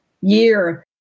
year